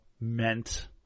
meant